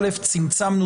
א', צמצמנו